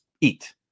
eat